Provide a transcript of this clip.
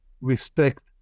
respect